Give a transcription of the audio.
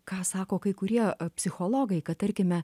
ką sako kai kurie psichologai kad tarkime